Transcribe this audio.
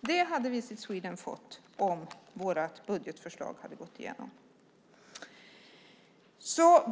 Det skulle Visit Sweden ha fått om vårt budgetförslag hade gått igenom.